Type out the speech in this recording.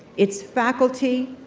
its faculty,